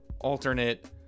alternate